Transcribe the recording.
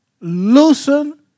loosen